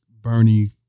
Bernie